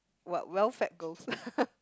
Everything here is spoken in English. we~ well fed ghost